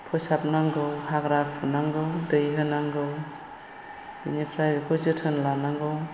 फोसाबनांगौ हाग्रा फुनांगौ दै होनांगौ बिनिफ्राय बेखौ जोथोन लानांगौ